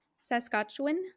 Saskatchewan